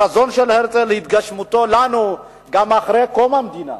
החזון של הרצל, התגשמותו לנו, גם אחרי קום המדינה,